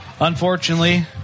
unfortunately